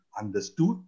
understood